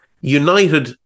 United